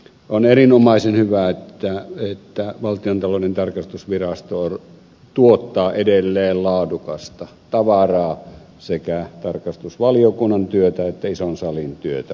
on erinomaisen hyvä että valtiontalouden tarkastusvirasto tuottaa edelleen laadukasta tavaraa sekä tarkastusvaliokunnan työtä että ison salin työtä varten